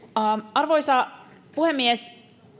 arvoisa puhemies